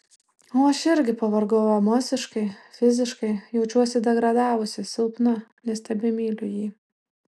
o aš irgi pavargau emociškai fiziškai jaučiuosi degradavusi silpna nes tebemyliu jį